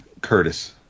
Curtis